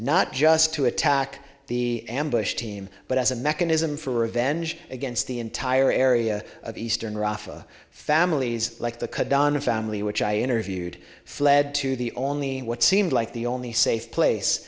not just to attack the ambush team but as a mechanism for revenge against the entire area of eastern rafa families like the donna family which i interviewed fled to the only what seemed like the only safe place